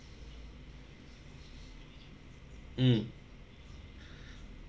mm